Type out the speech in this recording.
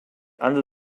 under